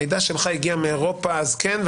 המידע שלך הגיע מאירופה אז כן,